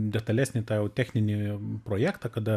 detalesni tą jau techninį projektą kada